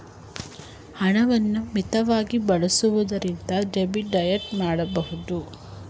ಹಣವನ್ನು ಮಿತವಾಗಿ ಬಳಸುವುದರಿಂದ ಡೆಬಿಟ್ ಡಯಟ್ ಮಾಡಬಹುದು